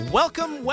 welcome